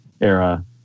era